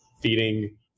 feeding